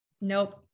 Nope